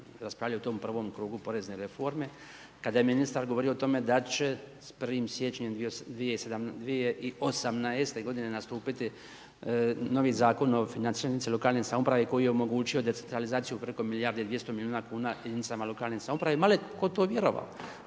o tom prvom krugu porezne reforme, kada je ministar govorio o tome da će s 1. siječnja 2018. g. nastupiti novi Zakon o financiranju jedinica lokalne samouprave koji je omogućio decentralizaciju preko milijarde i 200 milijuna kuna jedinicama lokalne samouprave i malo je tko tome vjerovao.